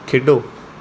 ਖੇਡੋ